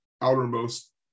outermost